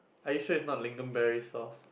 are you sure it's not lingonberry sauce